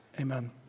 amen